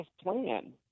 plan